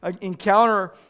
encounter